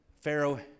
Pharaoh